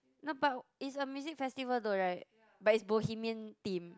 no but it's a music festival though right but it's Bohemian theme